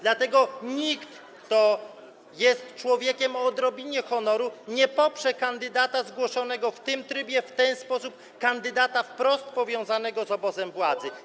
Dlatego nikt, kto jest człowiekiem mającym odrobinę honoru, nie poprze kandydata zgłoszonego w tym trybie, w ten sposób, kandydata wprost powiązanego z obozem władzy.